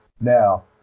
Now